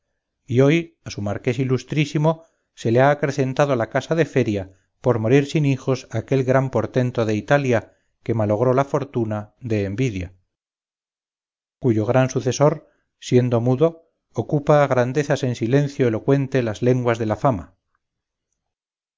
y hoy a su marqués ilustrísimo se le ha acrecentado la casa de feria por morir sin hijos aquel gran portento de italia que malogró la fortuna de envidia cuyo gran sucesor siendo mudo ocupa a grandezas en silencio elocuente las lenguas de la fama